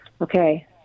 Okay